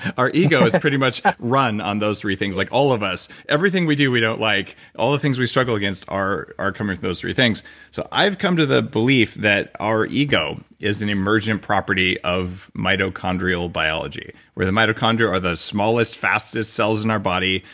our ego is pretty much run on those three things. like all of us, everything we do we don't like. all the things we struggle against are coming from those three things so i've come to the belief that our ego is an emerging property of mitochondrial biology where the mitochondria are the smallest fastest cells in our body.